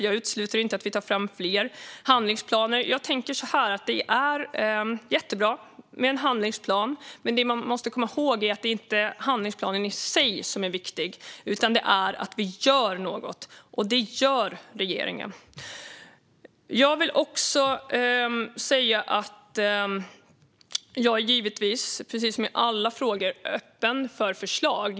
Jag utesluter inte att vi tar fram fler handlingsplaner, men jag tänker så här: Det är jättebra med en handlingsplan. Men det man måste komma ihåg är att det inte är handlingsplanen i sig som är viktig, utan det är att vi gör något. Och det gör regeringen. Jag är givetvis, precis som i alla frågor, öppen för förslag.